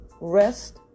rest